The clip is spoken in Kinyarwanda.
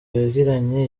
yagiranye